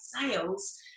sales